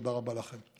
תודה רבה לכם.